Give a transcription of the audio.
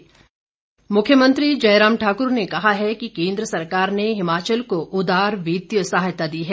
मुख्यमंत्री मुख्यमंत्री जयराम ठाकुर ने कहा है कि केंद्र सरकार ने हिमाचल को उदार वित्तीय सहायता दी है